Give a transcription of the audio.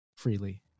Freely